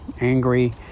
angry